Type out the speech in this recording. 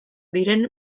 diren